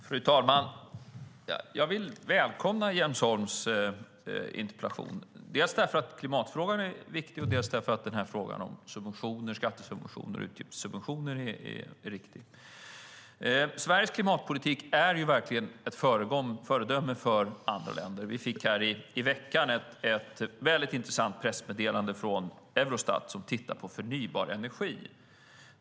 Fru talman! Jag välkomnar Jens Holms interpellation dels därför att klimatfrågan är viktig, dels därför att frågan om skattesubventioner är viktig. Sveriges klimatpolitik är verkligen ett föredöme för andra länder. Vi fick i veckan ett väldigt intressant pressmeddelande från Eurostat över förnybar energi.